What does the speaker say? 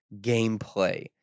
gameplay